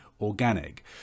organic